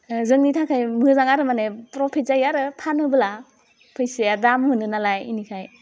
जोंनि थाखाय मोजां आरो माने प्रफिट जायो आरो फानोब्ला फैसाया दाम मोनो नालाय बिनिखाय